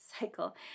cycle